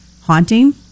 haunting